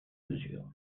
mesures